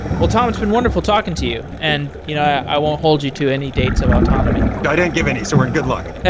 will, tom, it's been wonderful talking to you. and you know i won't hold you to any dates of autonomy i didn't give any, so we're in good luck.